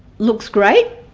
looks great